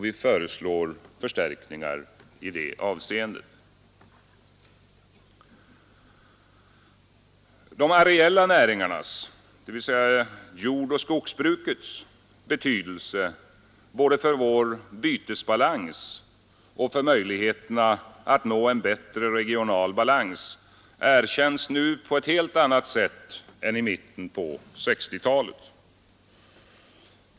Vi föreslår förstärkningar i det avseendet. De areella näringarnas, dvs. jordoch skogsbrukets, betydelse både för vår bytesbalans och för möjligheterna att nå en bättre regional balans erkänns nu på ett helt annat sätt än i mitten på 1960-talet.